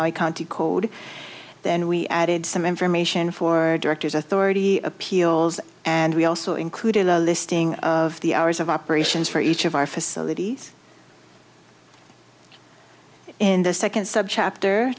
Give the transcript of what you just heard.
can't decode and we added some information for directors authority appeals and we also included a listing of the hours of operations for each of our facilities in the second sub chapter